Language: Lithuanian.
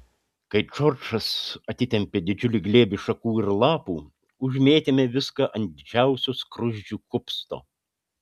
kai džordžas atitempė didžiulį glėbį šakų ir lapų užmėtėme viską ant didžiausio skruzdžių kupsto